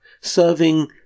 serving